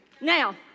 Now